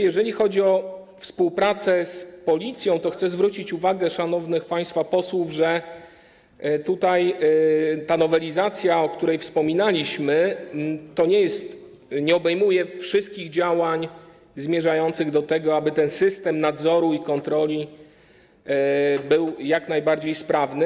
Jeżeli chodzi o współpracę z Policją, to chcę zwrócić uwagę szanownych państwa posłów, że ta nowelizacja, o której wspominaliśmy, nie obejmuje wszystkich działań zmierzających do tego, aby ten system nadzoru i kontroli był jak najbardziej sprawny.